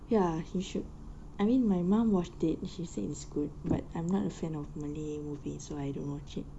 ya you should I mean my mum watched it she said it's good but I'm not a fan of malay movies so I don't watch it